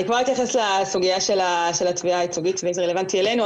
אני כבר אתייחס לסוגיה של התביעה הייצוגית ואם זה רלוונטי אלינו,